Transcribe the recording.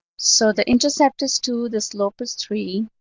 so the intercept is two, the slope is three.